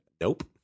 nope